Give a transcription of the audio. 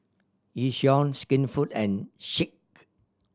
Yishion Skinfood and Schick